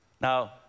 Now